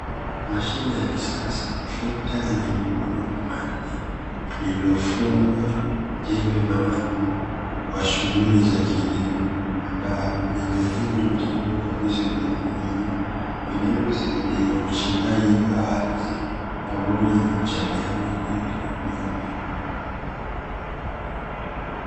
Mashine ya kisasa. Trekta lenye magurudumu manne lililofungwa jembe maalumu kwa shughuli za kilimo ambalo jembe hilo limetengenezwa kwa visu vidogo vidogo, vinavyosaidia uchimbaji wa ardhi pamoja na uchanganyaji wa udongo.